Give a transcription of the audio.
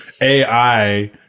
AI